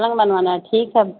پلنگ بنانا ہے ٹھیک ہے